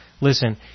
Listen